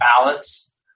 ballots